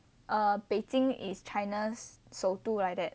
err beijing is China's 首都 like that